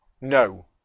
No